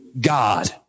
God